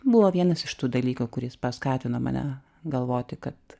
buvo vienas iš tų dalykų kuris paskatino mane galvoti kad